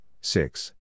six